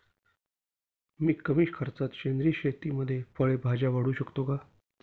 मी कमी खर्चात सेंद्रिय शेतीमध्ये फळे भाज्या वाढवू शकतो का?